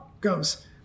goes